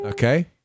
Okay